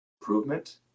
improvement